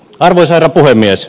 arvoisa herra puhemies